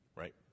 Right